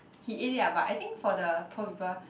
he ate it ah but I think for the poor people